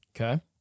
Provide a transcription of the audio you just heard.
Okay